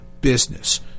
business